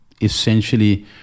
essentially